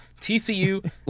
TCU